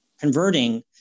converting